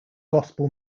gospel